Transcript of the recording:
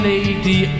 Lady